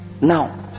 Now